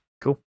Cool